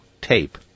tape